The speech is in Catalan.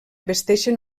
vesteixen